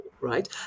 right